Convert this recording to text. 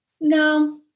no